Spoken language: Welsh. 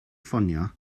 ffonio